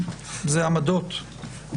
זה עמדות.